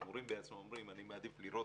והמורים בעצמם אומרים: אני מעדיף לראות,